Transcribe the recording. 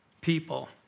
people